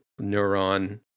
neuron